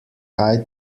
kaj